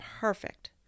perfect